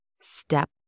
Step